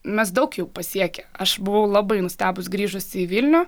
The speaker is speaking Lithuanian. mes daug jau pasiekę aš buvau labai nustebus grįžusi į vilnių